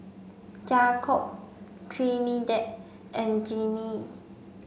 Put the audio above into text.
Jakob Trinidad and Jeannie